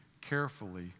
carefully